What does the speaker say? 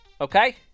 Okay